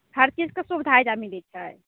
हर चीजके सुबिधा एहिजा मिलै छै